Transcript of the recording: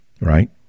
right